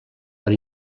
per